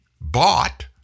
bought